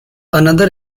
another